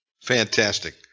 Fantastic